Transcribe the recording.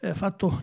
fatto